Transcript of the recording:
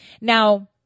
Now